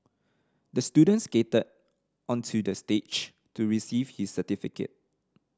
the student skated onto the stage to receive his certificate